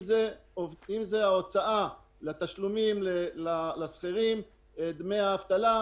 אם זה ההוצאה לתשלומים לשכירים, דמי האבטלה,